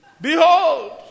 behold